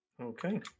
Okay